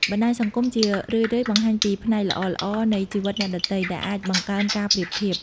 បណ្តាញសង្គមជារឿយៗបង្ហាញតែផ្នែកល្អៗនៃជីវិតអ្នកដទៃ ដែលអាចបង្កើនការប្រៀបធៀប។